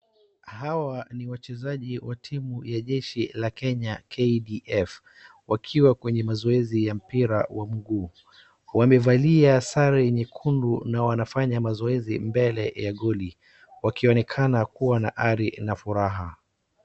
Hawa ni wachezaji wa timu ya jeshi la Kenya KDF.Wakiwa kwenye mazoezi ya mpira wa mguu. Wamevalia sare nyekundu na wanafanya mazoezi mbele ya goli wakionekana kuwa na ari na furaha.